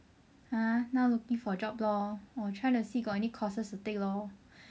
!huh! now looking for job lor try see got any courses to take lor